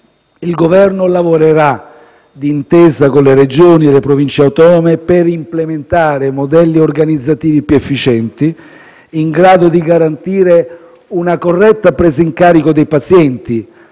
Il Governo lavorerà, d'intesa con le Regioni e le Province autonome, per implementare modelli organizzativi più efficienti, in grado di garantire una corretta presa in carico dei pazienti,